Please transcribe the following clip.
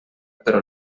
però